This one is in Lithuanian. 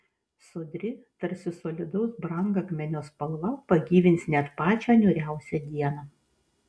sodri tarsi solidaus brangakmenio spalva pagyvins net pačią niūriausią dieną